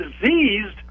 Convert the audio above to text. diseased